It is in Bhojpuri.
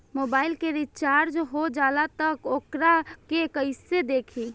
मोबाइल में रिचार्ज हो जाला त वोकरा के कइसे देखी?